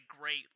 great